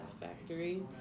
Factory